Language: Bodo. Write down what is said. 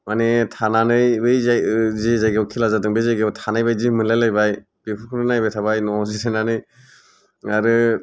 माने थानानै बै जे जायगायाव खेला जादों बे जायगायाव थानाय बादि मोनलायलायबाय बेफोरखौनो नायबाय थाबाय न'आव जिरायनानै आरो